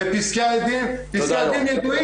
ופסקי הדין ידועים.